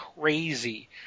crazy